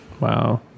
Wow